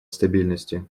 стабильности